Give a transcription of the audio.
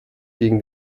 gegen